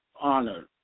honored